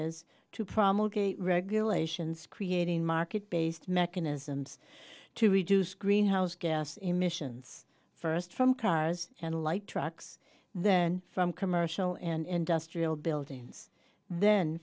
rs to promulgating regulations creating market based mechanisms to reduce greenhouse gas emissions first from cars and light trucks then from commercial and industrial buildings then